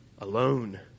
alone